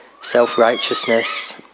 self-righteousness